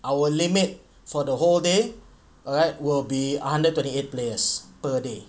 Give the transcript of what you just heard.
our limit for the whole day alright will be a hundred twenty eight players per day